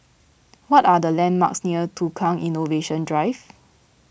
what are the landmarks near Tukang Innovation Drive